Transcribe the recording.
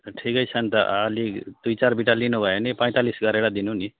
ठिकै छ नि त अलि दुई चार बिटा लिनुभयो भने पैँतालिस गरेर दिनु नि